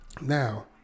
Now